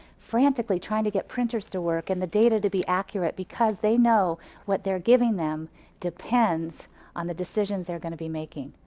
frantically trying to get printers to work and the data to be accurate because they know what they're giving them depends on the decisions they're gonna be making.